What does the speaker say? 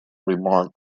remarked